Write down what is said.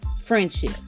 friendship